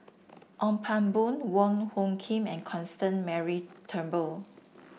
Ong Pang Boon Wong Hung Khim and Constance Mary Turnbull